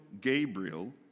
Gabriel